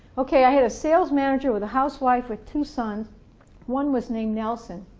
okay i had a sales manager with a housewife with two sons one was named nelson.